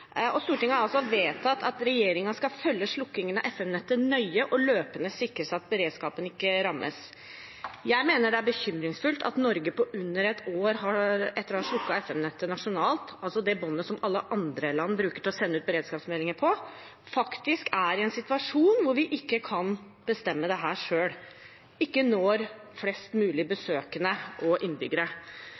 Stortinget har vedtatt at regjeringen skal følge slukkingen av FM-nettet nøye og løpende sikre seg at beredskapen ikke rammes. Jeg mener det er bekymringsfullt at Norge under ett år etter å ha slukket FM-nettet nasjonalt, altså det båndet som alle andre land bruker til å sende ut beredskapsmeldinger på, faktisk er i en situasjon hvor vi ikke kan bestemme dette selv og ikke når flest mulig besøkende og innbyggere.